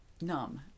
numb